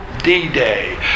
D-Day